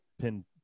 pin